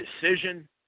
decision